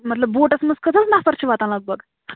مطلب بوٗٹَس منٛز کٕژ حظ نَفر چھِ واتان لگ بگ